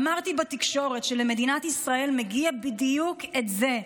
אמרתי בתקשורת שלמדינת ישראל מגיע בדיוק את זה,